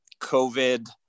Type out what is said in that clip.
COVID